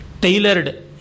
tailored